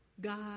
God